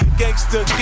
gangster